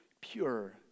pure